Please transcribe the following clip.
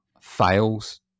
fails